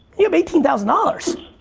you have eighteen thousand dollars.